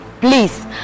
Please